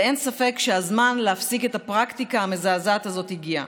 אין ספק שהזמן להפסיק את הפרקטיקה המזעזעת הזאת הגיע.